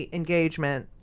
engagement